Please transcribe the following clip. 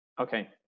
Okay